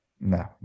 No